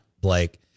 Blake